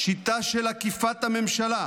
שיטה של עקיפת הממשלה,